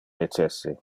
necesse